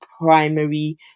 primary